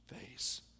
face